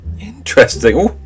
interesting